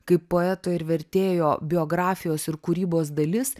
kaip poeto ir vertėjo biografijos ir kūrybos dalis